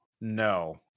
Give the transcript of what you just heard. No